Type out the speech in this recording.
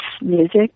music